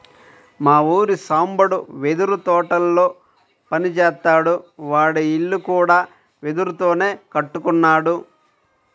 మా ఊరి సాంబడు వెదురు తోటల్లో పని జేత్తాడు, వాడి ఇల్లు కూడా వెదురుతోనే కట్టుకున్నాడు